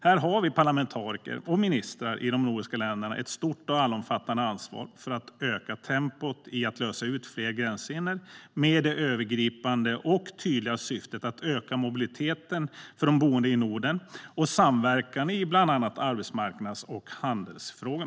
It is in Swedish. Här har parlamentariker och ministrar i de nordiska länderna ett stort och allomfattande ansvar för att öka tempot i att lösa fler gränshinder med det övergripande och tydliga syftet att öka mobiliteten för de boende i Norden och samverkan i bland annat arbetsmarknads och handelsfrågor.